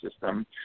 system